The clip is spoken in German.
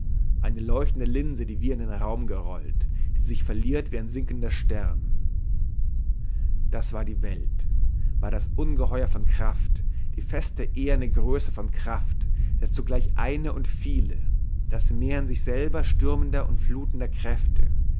eine leuchtende linse die wir in den raum gerollt die sich verliert wie ein sinkender stern das war die welt war das ungeheuer von kraft die feste eherne größe von kraft das zugleich eine und viele das meer in sich selber stürmender und flutender kräfte